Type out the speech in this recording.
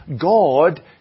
God